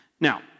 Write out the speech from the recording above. Now